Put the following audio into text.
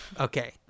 Okay